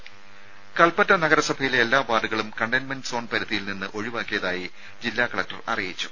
രുമ കൽപ്പറ്റ നഗരസഭയിലെ എല്ലാ വാർഡുകളും കണ്ടെയ്ൻമെന്റ് സോൺ പരിധിയിൽ നിന്ന് ഒഴിവാക്കിയതായി ജില്ലാ കലക്ടർ അറിയിച്ചു